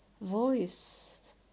voice